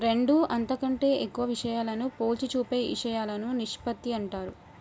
రెండు అంతకంటే ఎక్కువ విషయాలను పోల్చి చూపే ఇషయాలను నిష్పత్తి అంటారు